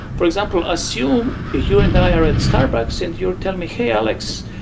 for example, assume you and i are at starbucks and you're telling me, hey, aleks,